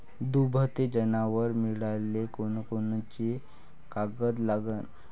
दुभते जनावरं मिळाले कोनकोनचे कागद लागन?